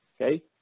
Okay